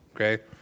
okay